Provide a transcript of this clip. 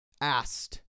asked